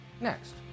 next